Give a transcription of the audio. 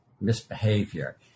misbehavior